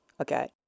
okay